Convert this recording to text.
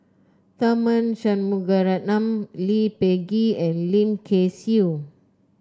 Tharman Shanmugaratnam Lee Peh Gee and Lim Kay Siu